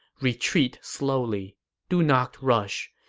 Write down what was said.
retreat slowly do not rush.